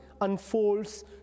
unfolds